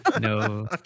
No